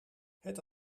het